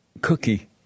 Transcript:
cookie